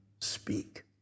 speak